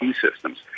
systems